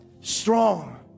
strong